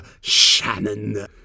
Shannon